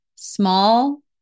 small